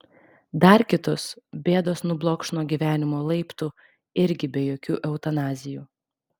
dar kitus bėdos nublokš nuo gyvenimo laiptų irgi be jokių eutanazijų